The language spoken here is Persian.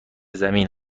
زمین